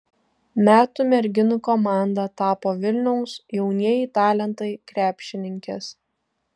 metų merginų komanda tapo vilniaus jaunieji talentai krepšininkės